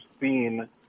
seen –